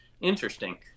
interesting